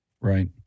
right